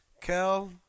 Kel